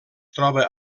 troba